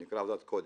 זה נקרא עבודת קודש.